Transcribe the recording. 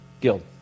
guild